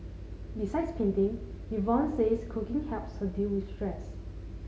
besides painting Yvonne says cooking helps her deal with stress